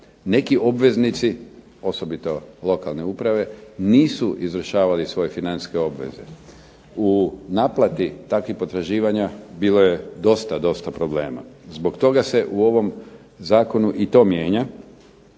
neki obveznici osobito lokalne uprave nisu izvršavali svoje financijske obveze. U naplati takvih potraživanja bilo je dosta problema, zbog toga se u ovom Zakonu i to mijenja